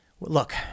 look